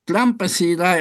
trampas yra